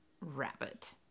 rabbit